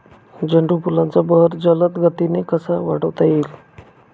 झेंडू फुलांचा बहर जलद गतीने कसा वाढवता येईल?